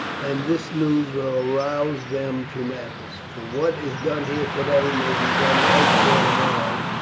and this news will arouse them to madness, for what is done here today may be done elsewhere tomorrow,